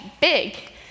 big